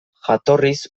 jatorriz